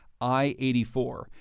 I-84